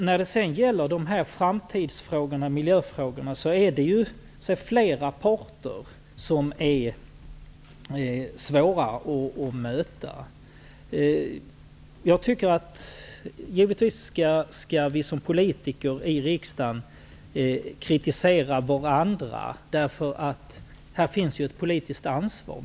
När det sedan gäller framtids och miljöfrågorna finns det flera parter som är svåra att möta. Givetvis skall vi som politiker i riksdagen kritisera varandra. Här finns ju ett politiskt ansvar.